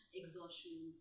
exhaustion